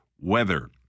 weather